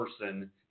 person